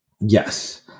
Yes